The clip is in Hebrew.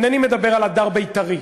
אינני מדבר על הדר בית"רי,